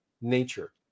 nature